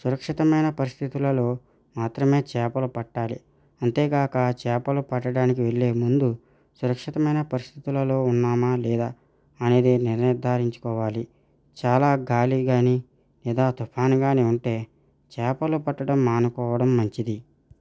సురక్షితమైన పరిస్థితులలో మాత్రమే చేపలు పట్టాలి అంతేకాక చేపలు పట్టడానికి వెళ్ళే ముందు సురక్షితమైన పరిస్థితులలో ఉన్నామా లేదా అనేది నిర్ధారించుకోవాలి చాలా గాలి కానీ లేదా తుఫాను కానీ ఉంటే చేపలు పట్టడం మానుకోవడం మంచిది